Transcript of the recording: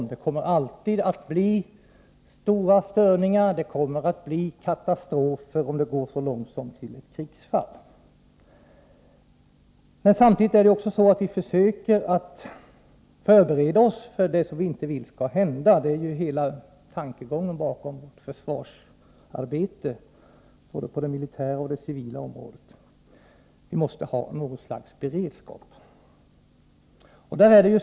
Men det kommer alltid att kunna bli stora störningar, och det kommer att bli katastrofer om det skulle gå så långt som till ett krigsfall. Och samtidigt är det ju så att vi försöker att förbereda oss för det som vi inte vill skall hända — det är ju hela tankegången bakom vårt försvarsarbete, både på det militära och på det civila området. Vi måste ha något slags beredskap.